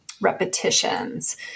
repetitions